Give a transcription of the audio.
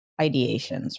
ideations